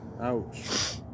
Ouch